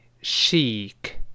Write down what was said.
chic